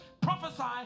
prophesy